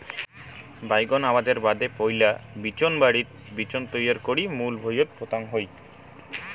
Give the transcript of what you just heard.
বাইগোন আবাদের বাদে পৈলা বিচোনবাড়িত বিচোন তৈয়ার করি মূল ভুঁইয়ত পোতাং হই